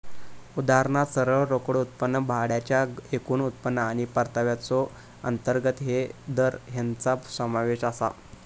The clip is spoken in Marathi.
उदाहरणात सरळ रोकड उत्पन्न, भाड्याचा एकूण उत्पन्न आणि परताव्याचो अंतर्गत दर हेंचो समावेश आसा